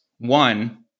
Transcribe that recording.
One